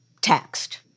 taxed